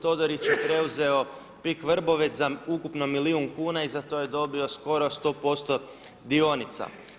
Todorić je preuzeo Pik Vrbovec za ukupno milijun kuna i to je dobi spora 100% dionica.